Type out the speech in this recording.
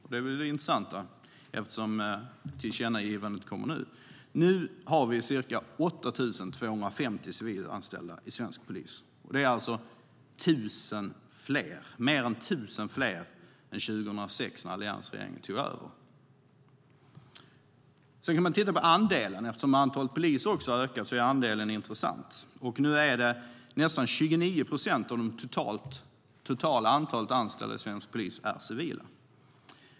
Nu - det är väl det intressanta, eftersom tillkännagivandet kommer nu - har vi ca 8 250 civilanställda i svensk polis. Det är alltså mer än 1 000 fler än 2006 när alliansregeringen tog över. Sedan kan man titta på andelen. Eftersom antalet poliser också har ökat är andelen intressant. Nästan 29 procent av det totala antalet anställda i svensk polis är civila.